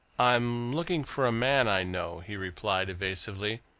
i'm looking for a man i know, he replied evasively.